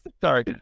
Sorry